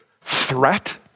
threat